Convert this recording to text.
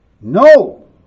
No